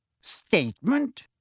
Statement